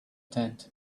tent